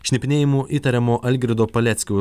šnipinėjimu įtariamo algirdo paleckio